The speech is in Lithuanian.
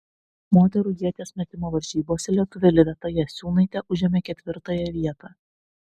moterų ieties metimo varžybose lietuvė liveta jasiūnaitė užėmė ketvirtąją vietą